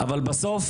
אבל בסוף,